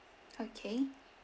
okay